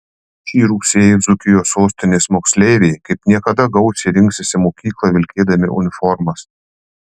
šį rugsėjį dzūkijos sostinės moksleiviai kaip niekada gausiai rinksis į mokyklą vilkėdami uniformas